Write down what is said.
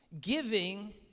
giving